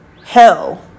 hell